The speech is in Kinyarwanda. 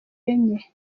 enye